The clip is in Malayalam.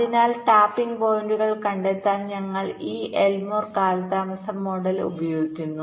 അതിനാൽ ടാപ്പിംഗ് പോയിന്റുകൾ കണ്ടെത്താൻ ഞങ്ങൾ ഈ എൽമോർ കാലതാമസം മോഡൽ ഉപയോഗിക്കുന്നു